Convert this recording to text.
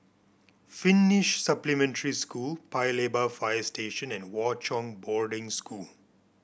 Finnish Supplementary School Paya Lebar Fire Station and Hwa Chong Boarding School